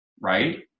right